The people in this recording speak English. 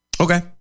Okay